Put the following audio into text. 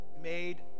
made